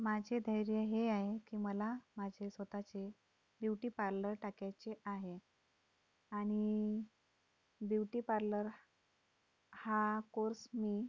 माझे धैर्य हे आहे की मला माझे स्वतःचे ब्युटी पार्लर टाकायचे आहे आणि ब्युटी पार्लर हा कोर्स मी